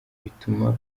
bigatuma